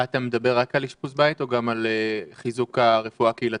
אתה מדבר רק על אשפוז בית או גם על חיזוק הרפואה הקהילתית?